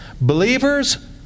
Believers